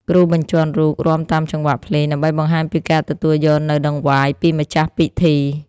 គ្រូបញ្ជាន់រូបរាំតាមចង្វាក់ភ្លេង ដើម្បីបង្ហាញពីការទទួលយកនូវដង្វាយពីម្ចាស់ពិធី។